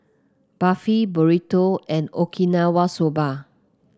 Barfi Burrito and Okinawa Soba